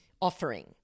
offering